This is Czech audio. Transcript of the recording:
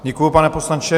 Děkuju, pane poslanče.